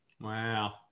Wow